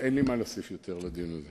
אין לי מה להוסיף יותר לדיון.